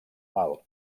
mal